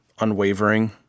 unwavering